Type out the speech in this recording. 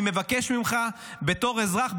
אני מבקש ממך בתור אזרח,